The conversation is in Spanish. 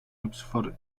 oxford